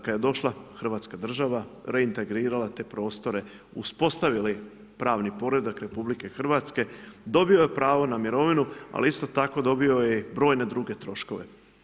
Kad je došla hrvatska država, reintegrirala te prostore, uspostavili pravni poredak RH, dobio je pravo na mirovinu, ali isto tako dobio je i brojne druge troškove.